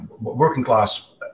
working-class